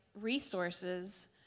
resources